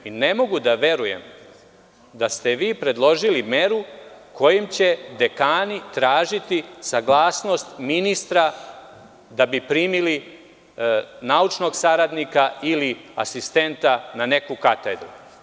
I ne mogu da verujem da ste vi predložili meru kojom će dekani tražiti saglasnost ministra da bi primili naučnog saradnika ili asistenta na neku katedru.